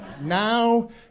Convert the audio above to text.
Now